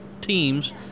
teams